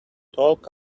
talk